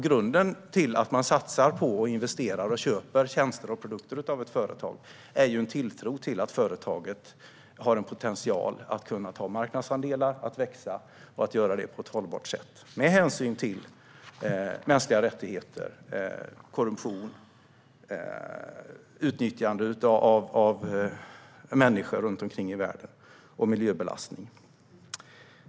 Grunden till att man satsar på, investerar i och köper tjänster och produkter av ett företag är ju en tilltro till att företaget har en potential att ta marknadsandelar och växa - och göra det på ett hållbart sätt, med hänsyn till mänskliga rättigheter och utan korruption, utnyttjande av människor runt om i världen och miljöbelastning.